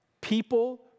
people